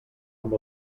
amb